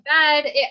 bed